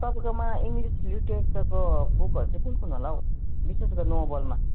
तपाईँकोमा इङ्लिस लिटरेचरको बुकहरू चाहिँ कुन कुन होला हौ विशेष गरी नोबेलमा